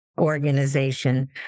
organization